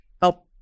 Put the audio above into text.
help